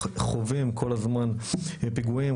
חווים כל הזמן פיגועים,